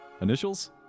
initials